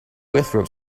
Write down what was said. withdraw